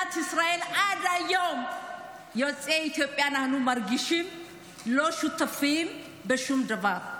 שבמדינת ישראלף עד היום יוצאי אתיופיה מרגישים לא שותפים בשום דבר.